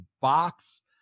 box